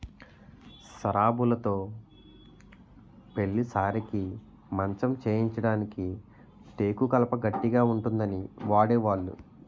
సరాబులుతో పెళ్లి సారెకి మంచం చేయించడానికి టేకు కలప గట్టిగా ఉంటుందని వాడేవాళ్లు